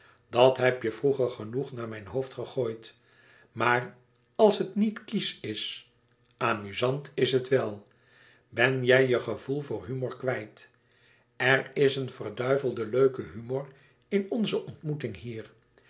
dat heb je vroeger genoeg naar mijn hoofd gegooid maar als het niet kiesch is amuzant is het wel ben jij je gevoel voor humor kwijt er is een verduiveld leuke humor in onze ontmoeting hier